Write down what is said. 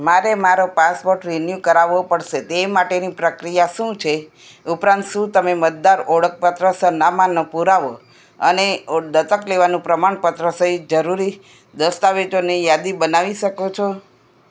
મારે મારો passport renew કરાવો પડશે તે માટેની પ્રક્રિયા શું છે ઉપરાંત શું તમે મતદાર ઓળખપત્ર સરનામાંનો પુરાવો અને ઓ દત્તક લેવાનું પ્રમાણપત્ર સહિત જરૂરી દસ્તાવેજોની યાદી બનાવી શકો છો